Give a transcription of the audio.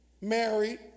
married